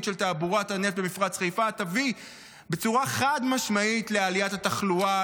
של תעבורת הנפט במפרץ אילת תביא בצורה חד-משמעית לעליית התחלואה,